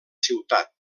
ciutat